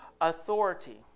authority